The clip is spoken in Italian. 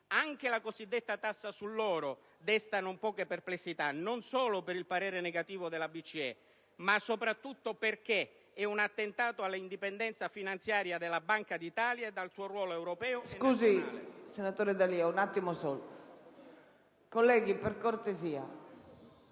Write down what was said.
Anche la cosiddetta tassa sull'oro desta non poche perplessità, non solo per il parere negativo della BCE, ma soprattutto perché è un attentato alla indipendenza finanziaria della Banca d'Italia ed al suo ruolo europeo